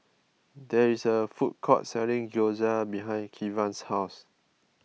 there is a food court selling Gyoza behind Kevan's house